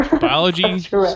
biology